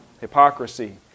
Hypocrisy